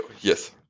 Yes